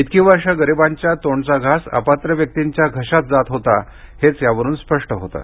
इतकी वर्ष गरिबांच्या तोंडचा घास अपात्रव्यक्तींच्या घशात जात होता हेच यावरून स्पष्ट होतं